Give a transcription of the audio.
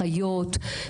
אחיות,